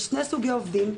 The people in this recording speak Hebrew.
יש שני סוגי עובדים,